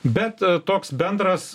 bet toks bendras